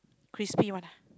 crispy [one] ah